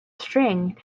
string